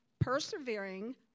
persevering